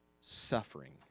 suffering